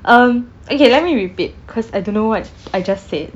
um okay let me repeat cause I don't know what I just said